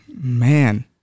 man